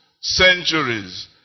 centuries